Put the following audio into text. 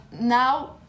now